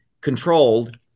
controlled